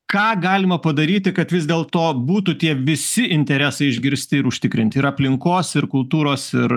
ką galima padaryti kad vis dėl to būtų tie visi interesai išgirsti ir užtikrinti ir aplinkos ir kultūros ir